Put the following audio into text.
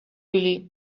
really